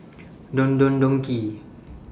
Don Don Donki